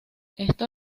esto